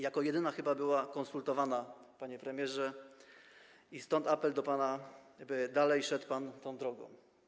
Jako jedyna chyba była konsultowana, panie premierze, i stąd apel do pana, by dalej szedł pan tą drogą.